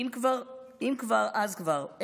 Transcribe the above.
אם כבר אז כבר.